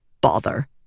Bother